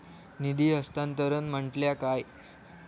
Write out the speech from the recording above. निधी हस्तांतरण म्हटल्या काय?